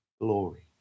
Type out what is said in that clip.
glory